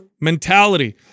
mentality